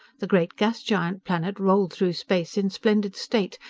the great gas-giant planet rolled through space in splendid state,